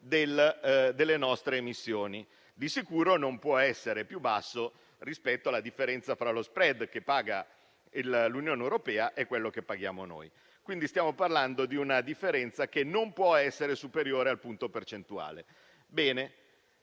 delle nostre emissioni; di sicuro, non può essere più basso rispetto alla differenza fra lo *spread* che paga l'Unione europea e quello che paghiamo noi. Stiamo quindi parlando di una differenza che non può essere superiore al punto percentuale.